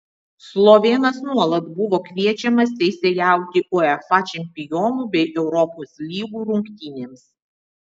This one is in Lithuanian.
slovėnas nuolat buvo kviečiamas teisėjauti uefa čempionų bei europos lygų rungtynėms